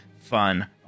fun